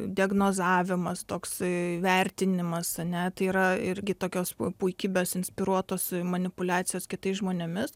diagnozavimas toks įvertinimas ane tai yra irgi tokios puikybės inspiruotos manipuliacijos kitais žmonėmis